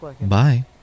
Bye